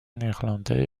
néerlandais